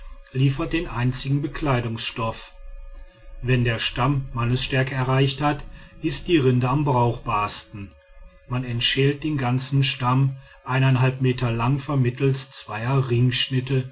liefert den einzigen bekleidungsstoff wenn der stamm mannesstärke erreicht hat ist die rinde am brauchbarsten man entschält den ganzen stamm eineinhalb meter lang vermittels zweier